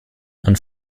and